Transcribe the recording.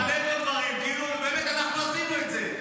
אתה מעלה פה דברים כאילו אנחנו עשינו את זה.